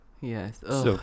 Yes